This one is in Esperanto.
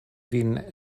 vin